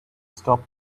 stop